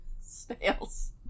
Snails